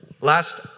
Last